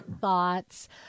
thoughts